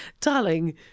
darling